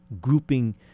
grouping